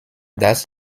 dass